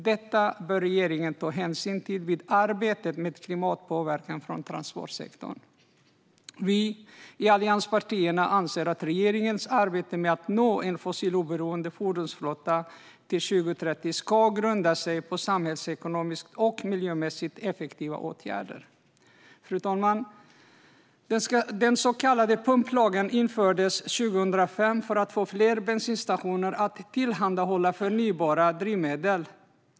Detta bör regeringen ta hänsyn till i arbetet med klimatpåverkan från transportsektorn. Allianspartierna anser att regeringens arbete med att nå en fossiloberoende fordonsflotta till 2030 också ska grundas på samhällsekonomiskt och miljömässigt effektiva åtgärder. Fru talman! Den så kallade pumplagen infördes 2005 för att få fler bensinstationer att tillhandahålla förnybara drivmedel.